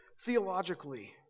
theologically